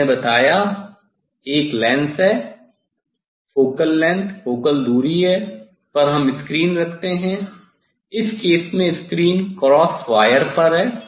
मैंने बताया एक लेंस है फोकल दूरी पर हम स्क्रीन रखते हैं इस केस में स्क्रीन क्रॉस वायर पर है